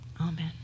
Amen